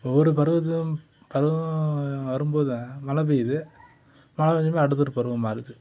ஒவ்வொரு பருவத்துக்கும் பருவம் வரும் போது மழை பெய்யிது மழை பெஞ்சப்போ அடுத்து பருவம் மாறுது